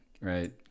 Right